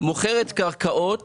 מוכרת קרקעות